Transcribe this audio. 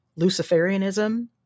Luciferianism